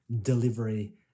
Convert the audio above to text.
delivery